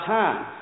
time